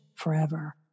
forever